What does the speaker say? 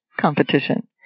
competition